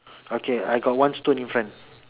okay I got one stone in front